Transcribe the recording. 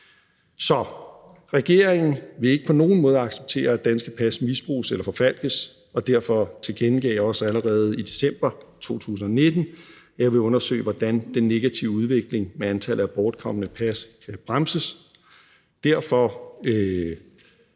Så regeringen vil ikke på nogen måde acceptere, at danske pas misbruges eller forfalskes. Og derfor tilkendegav jeg også allerede i december 2019, at jeg vil undersøge, hvordan den negative udvikling i forhold til antallet af bortkomne pas kan bremses.